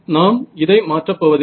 நாம் இதை மாற்றப் போவதில்லை